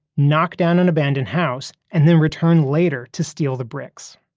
knock down an abandoned house, and then return later to steal the bricks.